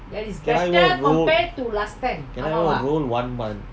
can I work can I work one month